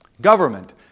Government